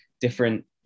different